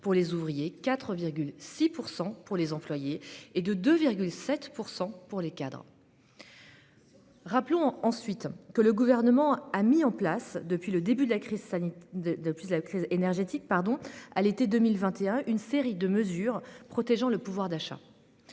pour les ouvriers, de 4,6 % pour les employés, et de 2,7 % pour les cadres. Rappelons ensuite que le Gouvernement a mis en place depuis le début de la crise énergétique, à l'été 2021, une série de mesures protégeant le pouvoir d'achat.